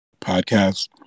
podcast